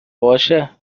باشه